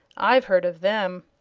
i've heard of them.